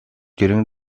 during